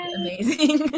amazing